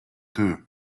too